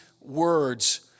words